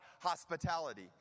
hospitality